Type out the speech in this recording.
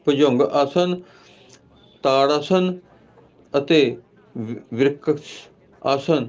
ਭੁਜੰਗ ਆਸਨ ਤਾੜ ਆਸਨ ਅਤੇ ਬਿਰਕ ਆਸਨ